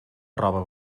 roba